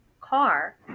car